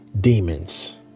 Demons